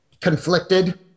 conflicted